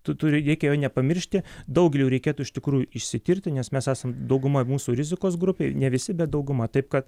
tu turi reikia jo nepamiršti daugeliui reikėtų iš tikrųjų išsitirti nes mes esam dauguma mūsų rizikos grupėj ne visi bet dauguma taip kad